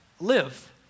live